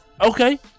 okay